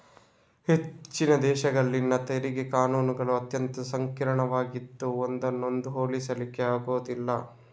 ಹೆಚ್ಚಿನ ದೇಶಗಳಲ್ಲಿನ ತೆರಿಗೆ ಕಾನೂನುಗಳು ಅತ್ಯಂತ ಸಂಕೀರ್ಣವಾಗಿದ್ದು ಒಂದನ್ನೊಂದು ಹೋಲಿಸ್ಲಿಕ್ಕೆ ಆಗುದಿಲ್ಲ